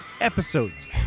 episodes